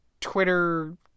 Twitter